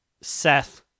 Seth